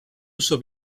uso